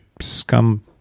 scum